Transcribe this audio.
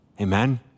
Amen